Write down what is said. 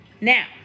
Now